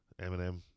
Eminem